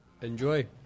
Enjoy